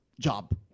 job